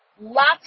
lots